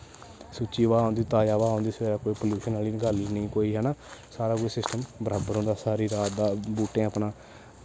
सुच्ची हवा औंदी ताजा हवा औंदी सवेरै कोई पल्यूशन आह्ली गल्ल नेईं हैना सारा कुछ सिस्टम बराबर होंदा सारी रात दा बूह्टें अपना